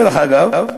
דרך אגב,